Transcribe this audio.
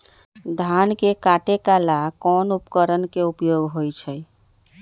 धान के काटे का ला कोंन उपकरण के उपयोग होइ छइ?